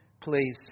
please